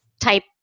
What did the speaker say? type